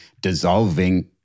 dissolving